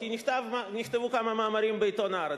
כי נכתבו כמה מאמרים בעיתון "הארץ".